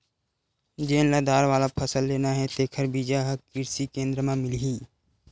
जेन ल दार वाला फसल लेना हे तेखर बीजा ह किरसी केंद्र म मिलही